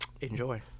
Enjoy